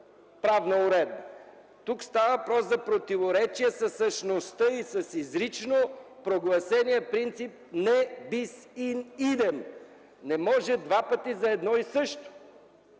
правна уредба. Тук става въпрос за противоречие със същността и с изрично прогласения принцип „Ne bis in idem” – не може два пъти за едно и също!